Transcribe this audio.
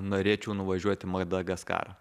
norėčiau nuvažiuoti į madagaskarą